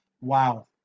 Wow